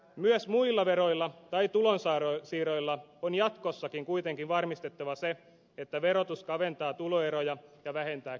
myös muilla veroilla tai tulonsiirroilla on kuitenkin jatkossakin varmistettava se että verotus kaventaa tuloeroja ja vähentää köyhyyttä